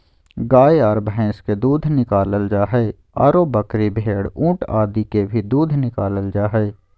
गाय आर भैंस के दूध निकालल जा हई, आरो बकरी, भेड़, ऊंट आदि के भी दूध निकालल जा हई